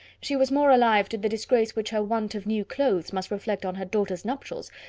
she was more alive to the disgrace which her want of new clothes must reflect on her daughter's nuptials,